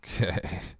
Okay